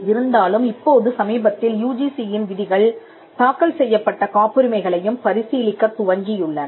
இருந்தாலும் இப்போது சமீபத்தில் யுஜிசி யின் விதிகள் தாக்கல் செய்யப்பட்ட காப்புரிமை களையும் பரிசீலிக்கத் துவங்கியுள்ளன